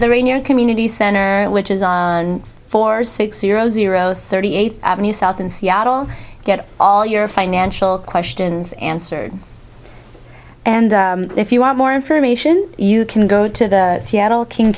rainier community center which is on four six zero zero thirty eight avenue south and seattle get all your financial questions answered and if you want more information you can go to the seattle king